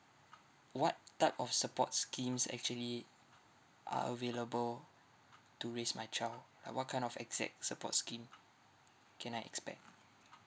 what type of support schemes actually are available to raise my child like what kind of exact support scheme can I expect